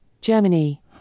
Germany